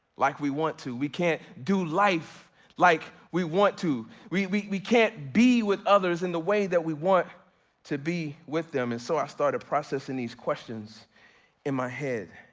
like we want to, we can't do life like we want to, we we can't be with others in the way that we want to be with them. and so i started processing these questions in my head.